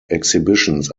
exhibitions